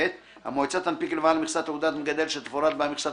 (ב)המועצה תנפיק לבעל מכסה תעודת מגדל שתפורט בה מכסת